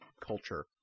culture